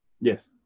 Yes